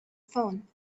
phone